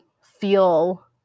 feel